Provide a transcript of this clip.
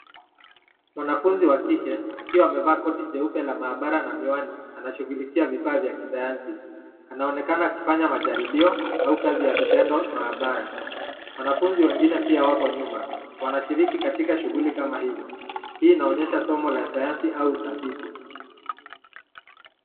Mwanafunzi wa kike akiwa amevaa koti jeupe la maabara na miwani anashugulika vifaa vya kisayansi. Anaonekana akifanya majadilio au kazi ya vitendo maabara. Wanafunzi wengine pia wako nyuma, wanashiriki katika shuguli kama hizo. Hii inaonyesha somo la sayansi au utafiti.